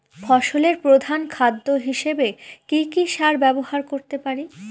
ফসলের প্রধান খাদ্য হিসেবে কি কি সার ব্যবহার করতে পারি?